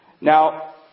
Now